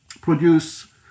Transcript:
produce